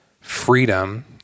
freedom